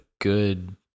good